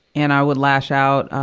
and i would lash out.